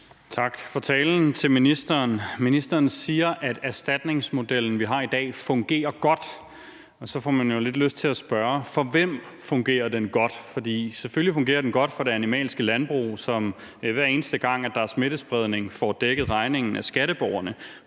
for talen. Ministeren siger, at erstatningsmodellen, vi har i dag, fungerer godt. Så får man jo lidt lyst til at spørge: For hvem fungerer den godt? Selvfølgelig fungerer godt for det animalske landbrug, som, hver eneste gang der er smittespredning, får dækket regningen af skatteborgerne,